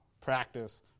practice